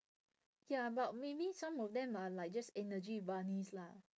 ya but maybe some of them are like just energy bunnies lah